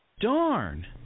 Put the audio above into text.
Darn